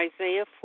Isaiah